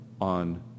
on